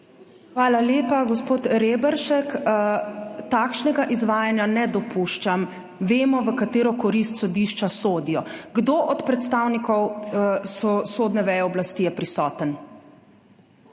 Hvala lepa. Gospod Reberšek, takšnega izvajanja ne dopuščam: »Vemo, v čigavo korist sodišča sodijo.« Kdo od predstavnikov sodne veje oblasti je prisoten?